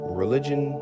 religion